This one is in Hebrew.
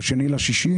ב-2.6.